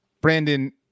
Brandon